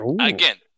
again